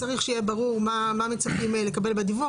צריך שיהיה ברור מה מצפים לקבל בדיווח.